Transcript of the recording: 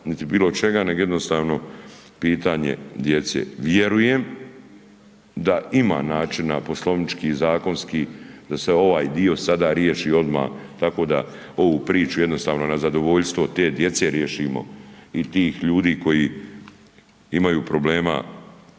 niti bilo čega nego jednostavno pitanje djece. Vjerujem da ima načina poslovnički, zakonski da se ovaj dio sada riješi odmah tako da ovu priču jednostavno na zadovoljstvo te djece riješimo i tih ljudi koji imaju problema